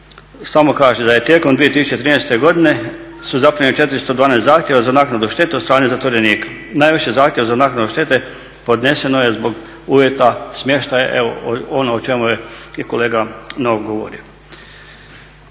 samo kaže da je tijekom 2013. godine su zaprimljeni 412 zahtjeva za naknadu štete od strane zatvorenika. Najviše zahtjeva za naknadu štete podneseno je zbog uvjeta smještaja, ono o čemu je i kolega Novak govorio.